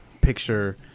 picture